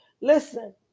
listen